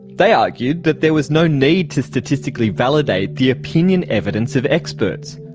they argued that there was no need to statistically validate the opinion evidence of experts.